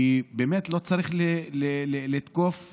כי באמת לא צריך לתקוף בכלל,